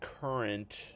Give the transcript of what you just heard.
current